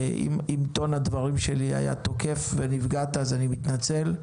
אם טון הדברים שלי היה תוקף ונפגעת אז אני מתנצל,